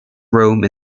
rome